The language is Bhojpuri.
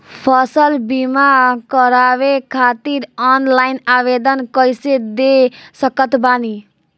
फसल बीमा करवाए खातिर ऑनलाइन आवेदन कइसे दे सकत बानी?